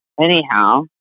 anyhow